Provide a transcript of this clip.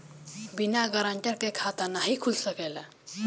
बिना गारंटर के खाता नाहीं खुल सकेला?